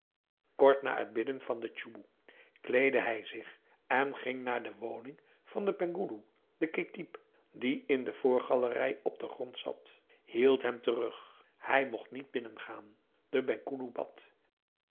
kort na het bidden van de tsoeboe kleedde hij zich en ging naar de woning van den penghoeloe de ketib die in de voorgalerij op den grond zat hield hem terug hij mocht niet binnengaan de penghoeloe bad